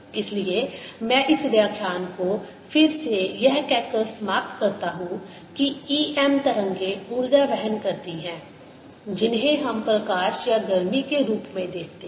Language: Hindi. इसलिए मैं इस व्याख्यान को फिर से यह कहकर समाप्त करता हूं कि em तरंगें ऊर्जा वहन करती हैं जिन्हें हम प्रकाश या गर्मी के रूप में देखते हैं